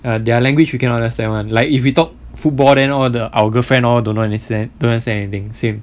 ya their language you cannot understand [one] like if we talk football then all the our girlfriend all don't know anything don't understand anything same [one]